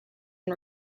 and